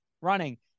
running